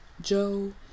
Joe